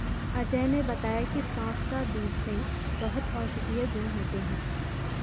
अजय ने बताया की सौंफ का बीज में बहुत औषधीय गुण होते हैं